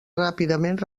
ràpidament